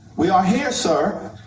we are here, sir,